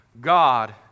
God